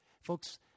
Folks